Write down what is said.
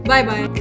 Bye-bye